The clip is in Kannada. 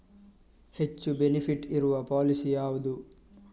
ಹೆಚ್ಚು ಬೆನಿಫಿಟ್ ಇರುವ ಪಾಲಿಸಿ ಯಾವುದು?